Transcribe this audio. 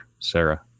Sarah